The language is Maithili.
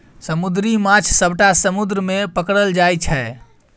समुद्री माछ सबटा समुद्र मे पकरल जाइ छै